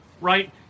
right